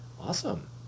Awesome